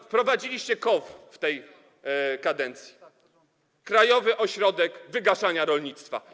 Wprowadziliście w tej kadencji KOWR - krajowy ośrodek wygaszania rolnictwa.